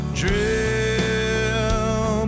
drill